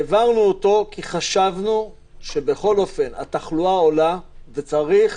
העברנו אותו כי חשבנו שהתחלואה עולה וצריך